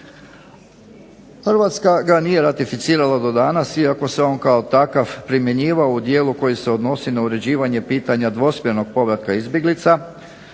Hrvatska ga nije ratificirala do danas iako se on kao takav primjenjivao u dijelu koji se odnosi na uređivanje pitanja dvosmjernog povratka izbjeglica.